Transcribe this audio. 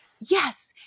yes